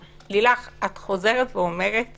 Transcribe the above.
לילך, את חוזרת ואומרת